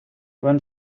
one